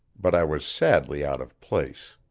but i was sadly out of place.